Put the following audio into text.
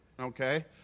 Okay